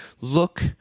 Look